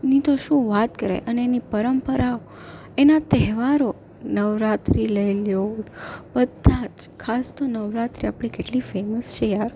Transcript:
ની તો શું વાત કરાય અને એની પરંપરાઓ એના તહેવારો નવરાત્રી લઈ લ્યો બધા જ ખાસ તો નવરાત્રી આપણે કેટલી ફેમસ છે યાર